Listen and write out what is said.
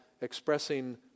expressing